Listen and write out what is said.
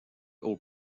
aux